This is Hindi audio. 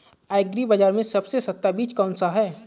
एग्री बाज़ार में सबसे सस्ता बीज कौनसा है?